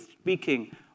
speaking